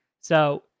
so-